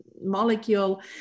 molecule